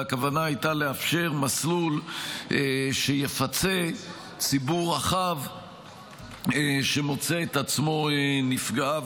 והכוונה הייתה לאפשר מסלול שיפצה ציבור רחב שמוצא את עצמו נפגע.